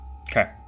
Okay